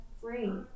free